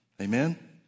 Amen